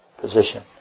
position